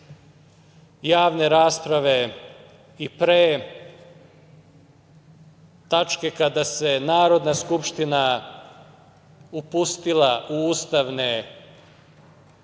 javne rasprave i pre tačke kada se Narodna skupština upustila u ustavne